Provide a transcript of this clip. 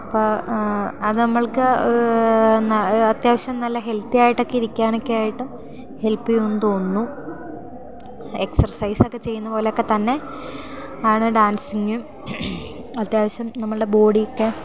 അപ്പോൾ അത് നമ്മൾക്ക് അത്യാവശ്യം നല്ല ഹെൽത്തിയായിട്ടൊക്കെ ഇരിക്കാനൊക്കെയായിട്ടും ഹെൽപ്പ് ചെയ്യുമെന്നു തോന്നുന്നു എക്സർസൈസൊക്കെ ചെയ്യുന്നപോലെയൊക്കെ തന്നെ ആണ് ഡാൻസിങ്ങും അത്യാവശ്യം നമ്മളുടെ ബോഡിക്ക്